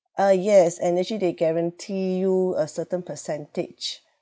uh yes and actually they guarantee you a certain percentage